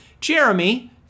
Jeremy